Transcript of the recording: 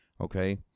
Okay